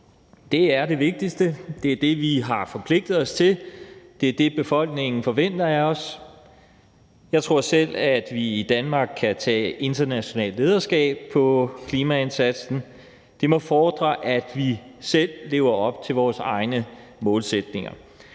Det er det vigtigste. Det er det, vi har forpligtet os til. Det er det, befolkningen forventer af os. Jeg tror selv, at vi i Danmark kan tage internationalt lederskab i forhold til klimaindsatsen. Det må fordre, at vi selv lever op til vores egne målsætninger.